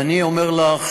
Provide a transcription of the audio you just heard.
ואני אומר לך